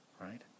right